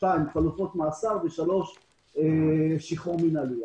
חלופות מאסר ושחרור מינהלי.